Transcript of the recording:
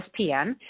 ESPN